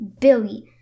Billy